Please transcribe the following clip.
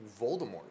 Voldemort